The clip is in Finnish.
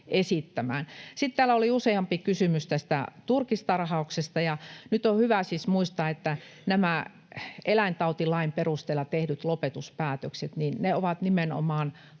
esittämään. Sitten täällä oli useampi kysymys tästä turkistarhauksesta. Nyt on hyvä siis muistaa, että nämä ovat eläintautilain perusteella tehtyjä lopetuspäätöksiä ja nimenomaan